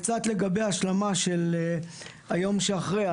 קצת לגבי השלמה של היום שאחרי,